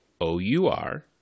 O-U-R